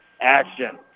action